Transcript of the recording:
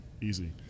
easy